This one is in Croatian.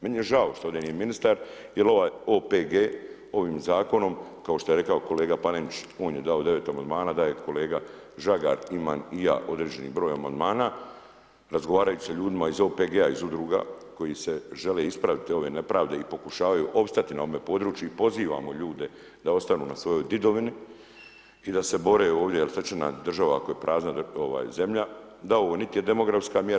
Meni je žao što ovdje nije ministar jel ovaj OPG ovim zakonom, kao što je rekao kolega Panenić on je dao devet amandmana, dao je kolega Žagar, imam i ja određeni broj amandmana, razgovarajući sa ljudima iz OPG-a iz udruga koji se žele ispraviti ove nepravde i pokušavaju opstati na ovome području i pozivamo ljude da ostanu na svojoj didovini i da se bore ovdje jel šta će nam država ako je prazna zemlja, da ovo niti je demografska mjera.